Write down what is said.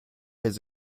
his